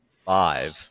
five